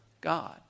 God